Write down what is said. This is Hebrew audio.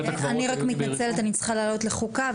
אני רק מתנצלת, אני צריכה לעלות לוועדת חוקה,